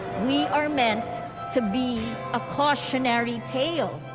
we are meant to be a cautionary tale.